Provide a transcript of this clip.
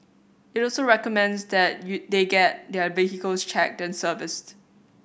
it also recommends that you they get their vehicles checked and serviced